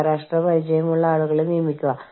ധാരാളം വാക്കുകൾ അതിന് നൽകിയിരിക്കുന്നു